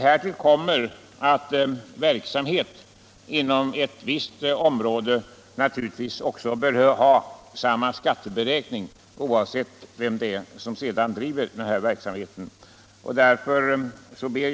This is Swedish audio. Härtill kommer att verksamhet inom ett visst område naturligtvis bör ha samma skatteberäkning oavsett vem som bedriver verksamheten. Herr talman!